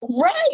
right